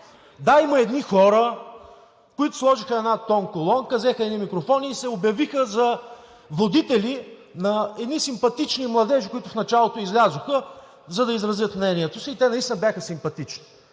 Да, имаше едни хора, които сложиха една тонколона, взеха едни микрофони и се обявиха за водители на едни симпатични младежи, които в началото излязоха, за да изразят мнението си и те наистина бяха симпатични.